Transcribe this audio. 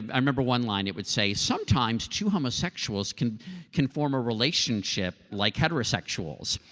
i remember one line, it would say sometimes two homosexuals can can form a relationship like heterosexuals,